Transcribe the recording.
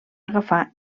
agafar